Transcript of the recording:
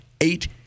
eight